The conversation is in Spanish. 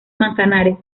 manzanares